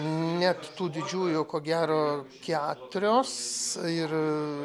net tų didžiųjų ko gero keturios ir